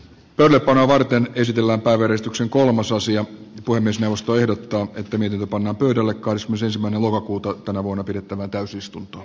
pelko nuorten pysytellä verestyksen kolmososio puhemiesneuvosto ehdottaa että mihin panna pöydälle cosmos ensimmäinen lokakuuta tänä vuonna pidettävään täysistunto